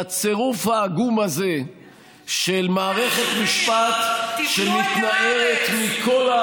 והצירוף העגום הזה של מערכת משפט שמתנערת מכל,